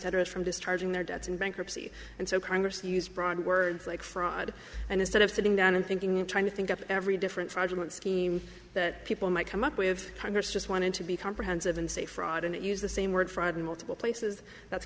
editors from discharging their debts in bankruptcy and so congress used broad words like fraud and instead of sitting down and thinking in trying to think up every different project scheme that people might come up with congress just wanted to be comprehensive and say fraud and use the same word fraud in multiple places that's